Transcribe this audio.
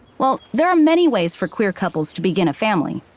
well, there are many ways for queer couples to begin a family.